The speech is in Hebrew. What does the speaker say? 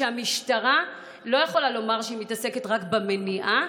שהמשטרה לא יכולה לומר שהיא מתעסקת רק במניעה,